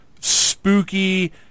spooky